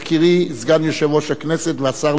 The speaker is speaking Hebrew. סגן יושב-ראש הכנסת והשר לשעבר,